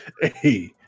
Hey